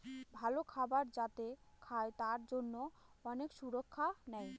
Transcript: ভালো খাবার যাতে খায় তার জন্যে অনেক সুরক্ষা নেয়